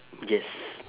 yes